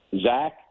Zach